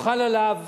הוחל עליו